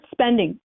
spending